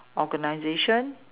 organization